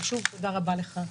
שוב, תודה רבה לך.